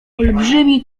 olbrzymi